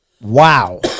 wow